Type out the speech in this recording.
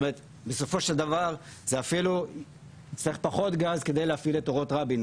בסופו של דבר אפילו נצטרך פחות גז להפעיל את אורות רבין.